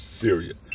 serious